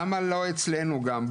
למה לא אצלנו גם?